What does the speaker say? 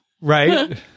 Right